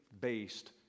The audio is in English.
based